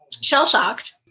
shell-shocked